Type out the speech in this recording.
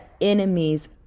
enemies